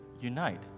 unite